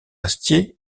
astier